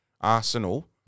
Arsenal